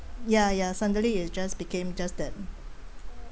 ya ya suddenly you just became just that